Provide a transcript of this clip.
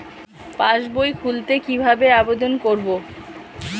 পাসবই খুলতে কি ভাবে আবেদন করব?